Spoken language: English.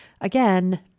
again